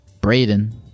Braden